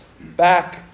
back